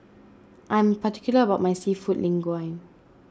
I am particular about my Seafood Linguine